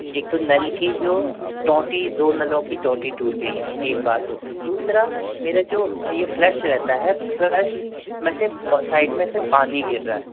एक तो नल की जो टोंटी दो नलों की टोंटी टूट गई हैं एक बात दूसरा मेरा जो यह फ़्लश रहता है फ्लश में से साइड में से पानी गिर रहा है